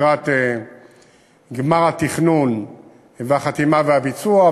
לקראת גמר התכנון והחתימה והביצוע.